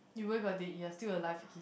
you where got dead you are still alive okay